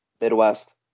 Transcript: midwest